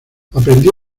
aprendió